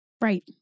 Right